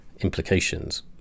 implications